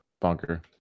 bunker